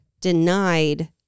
denied